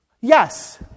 Yes